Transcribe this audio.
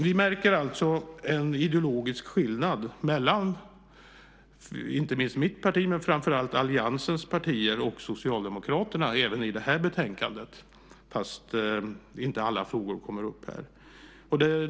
Vi märker alltså en ideologisk skillnad mellan inte minst mitt parti men framför allt alliansens partier och Socialdemokraterna även i det här betänkandet - detta fastän inte alla frågor kommer upp här.